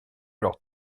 leur